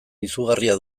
izugarria